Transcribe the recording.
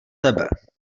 tebe